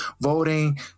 voting